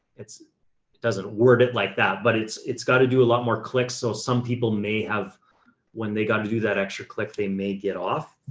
it's it doesn't word it like that, but it's it's to do a lot more clicks. so some people may have when they got to do that extra click, they may get off.